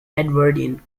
edwardian